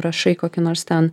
rašai kokį nors ten